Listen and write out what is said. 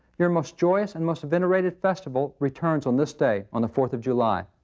your most joyous and most venerated festival returns on this day, on the fourth of july?